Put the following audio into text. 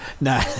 No